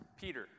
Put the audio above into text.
Peter